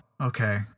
okay